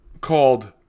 called